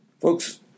Folks